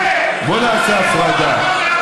בוא נעשה הפרדה,